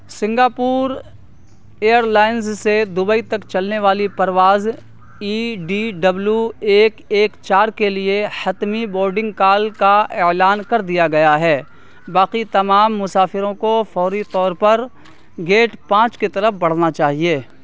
Singapore airlines سے Dubai تک چلنے والی پرواز ای ڈی ڈبلو ایک ایک چار کے لیے حتمی بورڈنگ کال کا اعلان کر دیا گیا ہے باقی تمام مسافروں کو فوری طور پر گیٹ پانچ کے طرف بڑھنا چاہیے